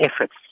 efforts